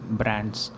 brands